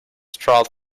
trout